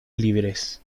libres